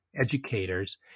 educators